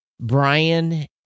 Brian